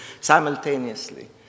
simultaneously